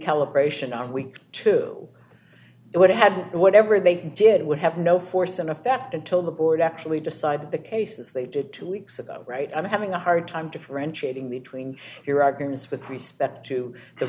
calibration on week to go it would have been whatever they did would have no force in effect until the board actually decided the case as they did two weeks ago right i'm having a hard time differentiating between your arguments with respect to the